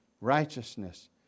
righteousness